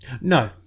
No